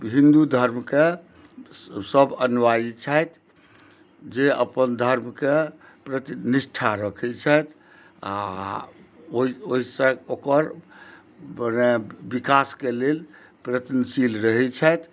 हिन्दू धर्मके सभ अनुयायी छथि जे अपन धर्मके प्रतिनिष्ठा रखै छथि आ ओहि ओहिसँ ओकर विकासके लेल प्रयत्नशील रहै छथि